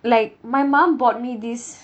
like my mom bought me this